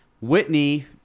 Whitney